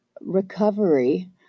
recovery